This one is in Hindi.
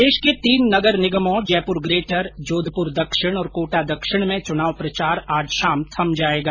प्रदेश के तीन नगर निगमों जयपुर ग्रेटर जोधपुर दक्षिण और कोटा दक्षिण में चुनाव प्रचार आज शाम थम जाएगा